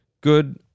Good